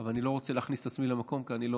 אבל אני לא רוצה להכניס את עצמי למקום, כי לא